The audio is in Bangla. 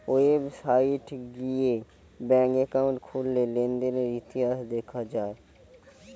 ওয়েবসাইট গিয়ে ব্যাঙ্ক একাউন্ট খুললে লেনদেনের ইতিহাস দেখা যায়